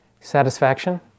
satisfaction